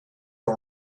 are